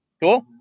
Cool